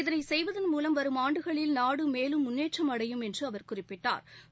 இதனை செய்வதன் மூலம் வரும் ஆண்டுகளில் நாடு மேலும் முன்னேற்றம் அடையும் என்று அவர் குறிப்பிட்டா்